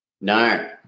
No